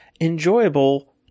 Enjoyable